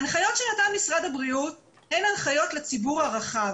ההנחיות שנתן משרד הבריאות הן הנחיות לציבור הרחב,